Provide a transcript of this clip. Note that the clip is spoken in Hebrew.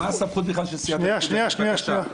אז מה הסמכות בכלל של סיעת הליכוד להגיש את הבקשה?